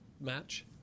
match